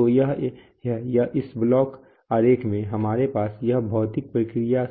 तो यह है इस ब्लॉक आरेख में हमारे पास यह भौतिक प्रक्रिया